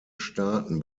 staaten